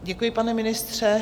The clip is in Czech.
Děkuji, pane ministře.